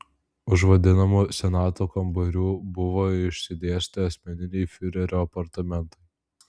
už vadinamų senato kambarių buvo išsidėstę asmeniniai fiurerio apartamentai